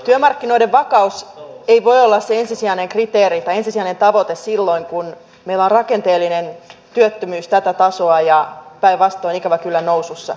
työmarkkinoiden vakaus ei voi olla se ensisijainen kriteeri tai ensisijainen tavoite silloin kun meillä on rakenteellinen työttömyys tätä tasoa ja päinvastoin ikävä kyllä nousussa